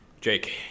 Jake